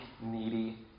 needy